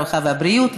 הרווחה והבריאות.